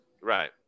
Right